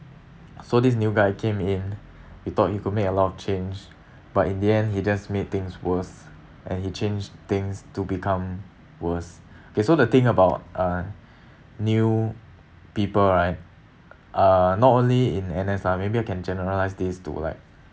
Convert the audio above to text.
so this new guy came in we thought he could make a lot of change but in the end he just made things worse and he changed things to become worse okay so the thing about uh new people right uh not only in N_S lah maybe I can generalise this to like